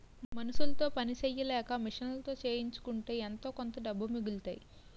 మనుసులతో పని సెయ్యలేక మిషన్లతో చేయించుకుంటే ఎంతోకొంత డబ్బులు మిగులుతాయి